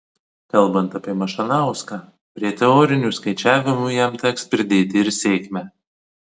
kalbant apie mašanauską prie teorinių skaičiavimų jam teks pridėti ir sėkmę